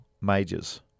majors